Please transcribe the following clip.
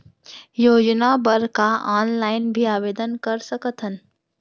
योजना बर का ऑनलाइन भी आवेदन कर सकथन?